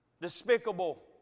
Despicable